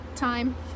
time